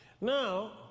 Now